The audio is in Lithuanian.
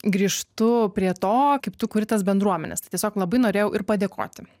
grįžtu prie to kaip tu kuri tas bendruomenes tai tiesiog labai norėjau ir padėkoti